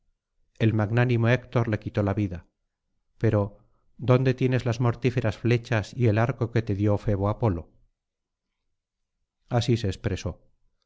el magnánimo héctor le quitó la vida pero dónde tienes las mortíferas flechas y el arco que te dio febo apolo así se expresó